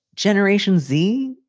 generation z,